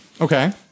Okay